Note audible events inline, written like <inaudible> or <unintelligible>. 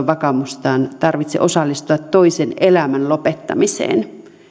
<unintelligible> vakaumustaan tarvitse osallistua toisen elämän lopettamiseen